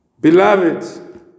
Beloved